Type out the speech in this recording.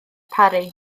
parry